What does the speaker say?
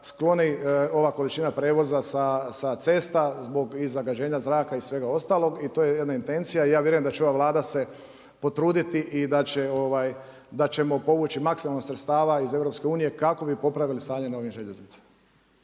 skloni ova količina prijevoza sa cesta zbog zagađenja zraka i svega ostalog i to je jedna intencija i ja vjerujem da će se ova Vlada potruditi i da ćemo povući maksimalno sredstava iz EU kako bi popravili stanje na ovim željeznicama.